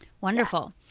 wonderful